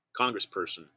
congressperson